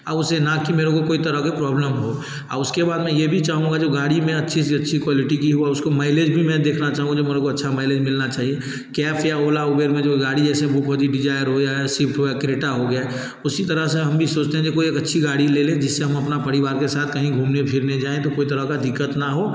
और उसे ना कि मेरे को कोई तरह की प्रॉब्लम हो और उसके बाद मैं ये भी चाहूँगा जो गाड़ी में अच्छी से अच्छी क्वालिटी की हो उसको मायलेज भी मैं देखना चाहूँगा जो मेरे को अच्छा मायलेज मिलना चाहिए कैफ़ या ओला उबेर में जो गाड़ी जेसे बूक होती डिजायर हो या सिफ़्ट हो या क्रेटा हो गया उसी तरह से हम भी सोचते हैं कि कोई एक अच्छी गाड़ी ले लें जिससे हम अपना परिवार के साथ कहीं घूमने फिरने जाएँ तो कोई तरह का दिक़्क़त ना हो